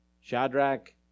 Shadrach